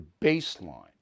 baseline